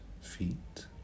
feet